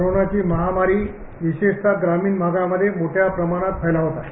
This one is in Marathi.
कोरोनाची महामारी विशेषतः ग्रामीण भागामधे मोठ्या प्रमाणात फैलावत आहे